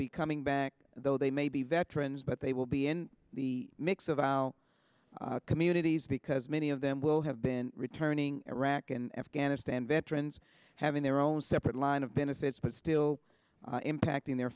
be coming back though they may be veterans but they will be in the mix of how communities because many of them will have been returning iraq and afghanistan veterans having their own separate line of benefits but still impacting their